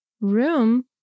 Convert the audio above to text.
room